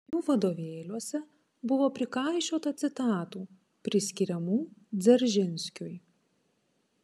jų vadovėliuose buvo prikaišiota citatų priskiriamų dzeržinskiui